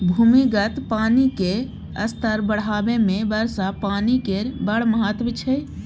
भूमिगत पानि केर स्तर बढ़ेबामे वर्षा पानि केर बड़ महत्त्व छै